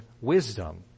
wisdom